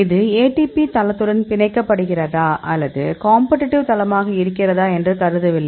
இது ATP தளத்துடன் பிணைக்கப்படுகிறதா அல்லது காம்பட்டிட்டிவ் தளமாக இருக்கிறதா என்று கருதவில்லை